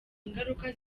ingaruka